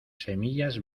semillas